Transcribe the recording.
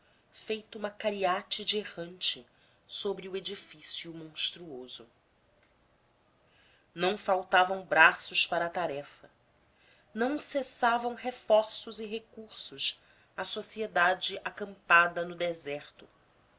feito uma cariátide errante sobre o edifício monstruoso não faltavam braços para a tarefa não cessavam reforços e recursos à sociedade acampada no deserto